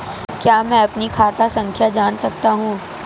क्या मैं अपनी खाता संख्या जान सकता हूँ?